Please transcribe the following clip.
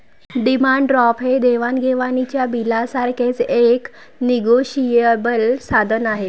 demand draft हे देवाण घेवाणीच्या बिलासारखेच एक निगोशिएबल साधन आहे